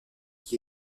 qui